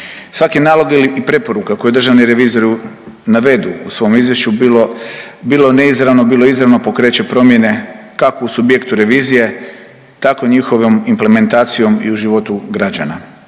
Svaki nalog ili preporuka koju državni revizori navedu u svom izvješću bilo, bilo neizravno, bilo izravno pokreće promjene kako u subjektu revizije tako njihovom implementacijom i u životu građana.